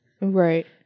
Right